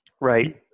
Right